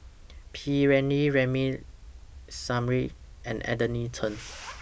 P Ramlee Ramli Sarip and Anthony Chen